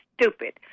stupid